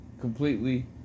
completely